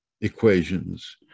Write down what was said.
equations